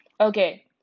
Okay